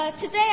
Today